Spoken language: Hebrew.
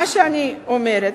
מה שאני אומרת,